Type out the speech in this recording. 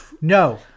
No